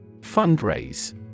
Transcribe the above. Fundraise